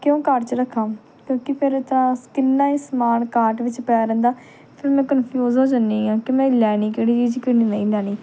ਕਿਉਂ ਕਾਰਟ 'ਚ ਰੱਖਾਂ ਕਿਉਂਕਿ ਫਿਰ ਤਾਂ ਸ ਕਿੰਨਾਂ ਹੀ ਸਮਾਨ ਕਾਰਟ ਵਿੱਚ ਪਿਆ ਰਹਿੰਦਾ ਫਿਰ ਮੈਂ ਕਨਫਿਊਜ਼ ਹੋ ਜਾਂਦੀ ਹਾਂ ਕਿ ਮੈ ਲੈਣੀ ਕਿਹੜੀ ਚੀਜ਼ ਕਿਹੜੀ ਨਹੀਂ ਲੈਣੀ